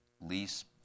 lease